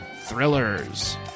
thrillers